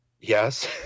yes